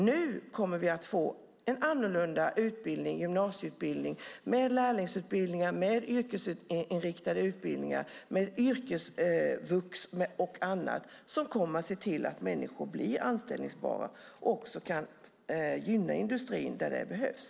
Nu kommer vi att få en annorlunda gymnasieutbildning med lärlingsutbildningar, yrkesinriktade utbildningar, yrkesvux och annat som kommer att se till att människor blir anställningsbara och också kan gynna industrin där det behövs.